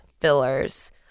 fillers